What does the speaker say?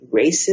racist